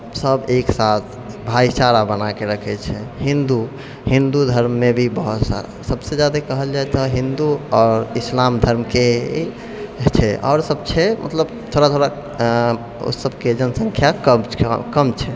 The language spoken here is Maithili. आओरसब एक साथ भाइचारा बनाकऽ रखै छै हिन्दू हिन्दू धर्ममे भी बहुत सारा सबसँ ज्यादा कहल जाइ तऽ हिन्दू आओर इस्लाम धर्मके ही छै आओरसब छै मतलब थोड़ा थोड़ा ओहिसबके जनसंख्या कम छै हँ कम छै